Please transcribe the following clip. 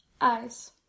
Eyes